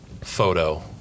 photo